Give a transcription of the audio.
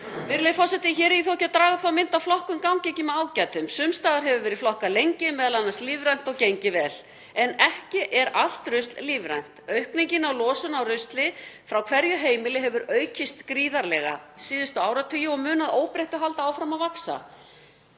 Virðulegi forseti. Hér er ég þó ekki að draga upp þá mynd að flokkun gangi ekki með ágætum. Sums staðar hefur verið flokkað lengi, m.a. lífrænt, og gengið vel. En ekki er allt rusl lífrænt. Aukningin á losun á rusli frá hverju heimili hefur vaxið gríðarlega síðustu áratugi og mun að óbreyttu halda áfram að vaxa.